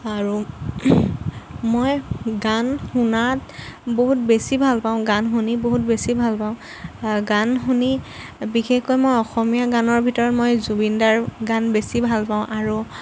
আৰু মই গান শুনাত বহুত বেছি ভাল পাওঁ গান শুনি বহুত বেছি ভাল পাওঁ গান শুনি বিশেষকৈ মই অসমীয়া গানৰ ভিতৰত মই জুবিনদাৰ গান বেছি ভাল পাওঁ আৰু